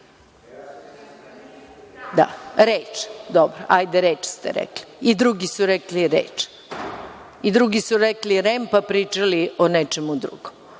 ni reč. Hajde, reč ste rekli. I drugi su rekli reč. I drugi su rekli REM, pa pričali o nečemu drugom. Ne